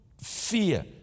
fear